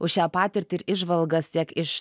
už šią patirtį ir įžvalgas tiek iš